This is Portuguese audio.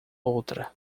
outra